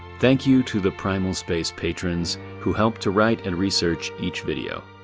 thank you to the primal space patrons who help to write and research each video.